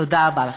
תודה רבה לכם.